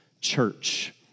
church